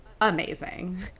Amazing